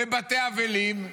לבתי אבלים,